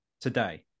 today